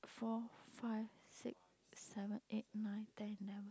four five six seven eight nine ten eleven